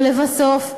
ולבסוף,